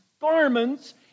garments